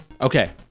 Okay